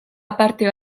aparte